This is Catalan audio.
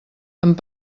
amb